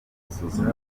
gusuzuma